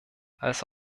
als